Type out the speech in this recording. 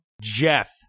Jeff